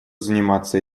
заниматься